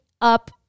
up